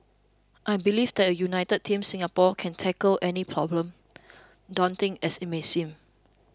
I believe that a united Team Singapore can tackle any problem daunting as it may seem